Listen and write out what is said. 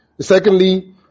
Secondly